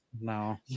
no